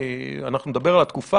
אנחנו מדברים על התקופה,